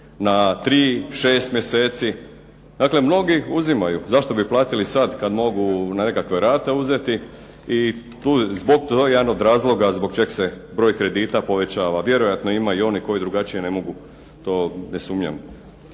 na 3, 6 mjeseci. Dakle, mnogi uzimaju. Zašto bi platili sad kad mogu na nekakve rate uzeti i zbog toga, to je jedan od razloga zbog čega se broj kredita povećava. Vjerojatno ima i onih koji drugačije ne mogu, to ne sumnjam.